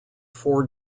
four